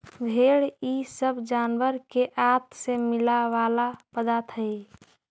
भेंड़ इ सब जानवर के आँत से मिला वाला पदार्थ हई